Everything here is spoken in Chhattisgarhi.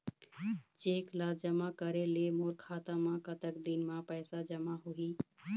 चेक ला जमा करे ले मोर खाता मा कतक दिन मा पैसा जमा होही?